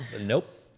nope